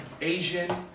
Asian